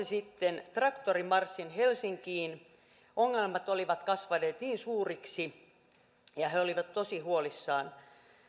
sitten traktorimarssin helsinkiin ongelmat olivat kasvaneet niin suuriksi ja he olivat tosi huolissaan